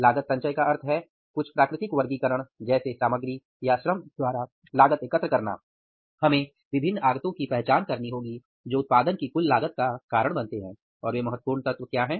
लागत संचय का मतलब है कुछ प्राकृतिक वर्गीकरण जैसे सामग्री या श्रम द्वारा लागत एकत्र करना हमें विभिन्न आगतों की पहचान करनी होगी जो उत्पादन की कुल लागत का कारण बनते हैं और वे महत्वपूर्ण तत्व क्या हैं